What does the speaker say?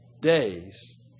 days